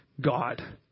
God